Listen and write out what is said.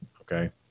okay